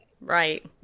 Right